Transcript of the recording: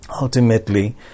Ultimately